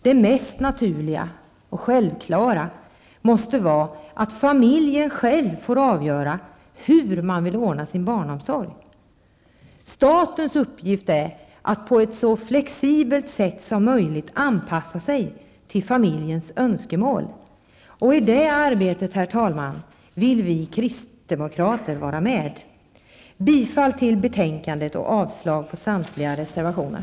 Det mest naturliga och självklara måste vara att familjen själv får avgöra hur den vill ordna sin barnomsorg. Statens uppgift är att på ett så flexibelt sätt som möjligt anpassa sig till familjens önskemål. Och i det arbetet, herr talman, vill vi kristdemokrater vara med. Jag yrkar bifall till hemställan i betänkandet och avslag på samtliga reservationer.